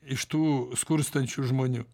iš tų skurstančių žmonių